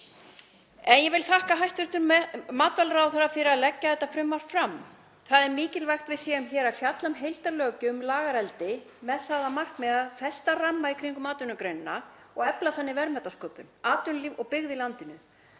Ég vil þakka hæstv. matvælaráðherra fyrir að leggja þetta frumvarp fram. Það er mikilvægt að við séum hér að fjalla um heildarlöggjöf um lagareldi með það að markmiði að festa ramma í kringum atvinnugreinina og efla þannig verðmætasköpun, atvinnulíf og byggð í landinu,